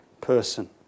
person